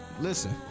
listen